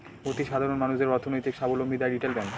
অতি সাধারণ মানুষদের অর্থনৈতিক সাবলম্বী দেয় রিটেল ব্যাঙ্ক